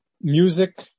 music